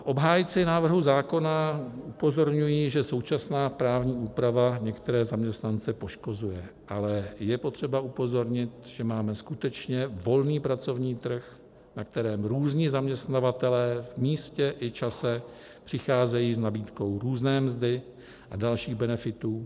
Obhájci návrhu zákona upozorňují, že současná právní úprava některé zaměstnance poškozuje, ale je potřeba upozornit, že máme skutečně volný pracovní trh, na kterém různí zaměstnavatelé v místě i čase přicházejí s nabídkou různé mzdy a dalších benefitů.